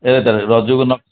ଏଥର ରଜକୁ ନ